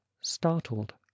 startled